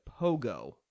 pogo